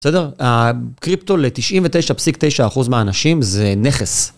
בסדר? הקריפטול ל-99.9% מהאנשים זה נכס.